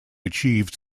achieved